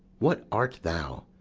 what art thou,